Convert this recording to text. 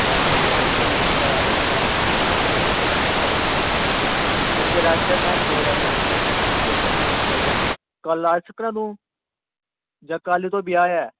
चल ठीक ऐ बच्चे मिकी पता तूं शैल पढ़ना शैल तूं हर इक्क चीज़ ठीक करना बच्चे तेरे आस्तै में डेट अग्गें करई ओड़ी तू मिगी असाईनमेंट देई ओड़ कल्ल लास्ट कदूं जां कल्ल तू ब्याह् ऐ